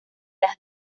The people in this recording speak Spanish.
las